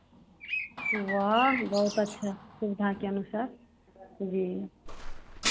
वाह बहुत अच्छा सुविधा के अनुसार जी